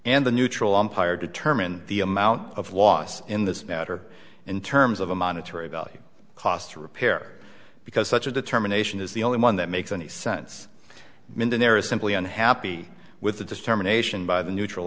and the neutral umpires determine the amount of loss in this matter in terms of a monetary value cost to repair because such a determination is the only one that makes any sense millionaire is simply unhappy with the determination by the neutral